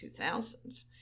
2000s